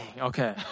okay